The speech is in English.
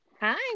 Hi